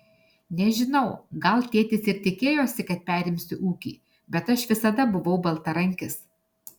nežinau gal tėtis ir tikėjosi kad perimsiu ūkį bet aš visada buvau baltarankis